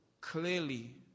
clearly